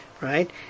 right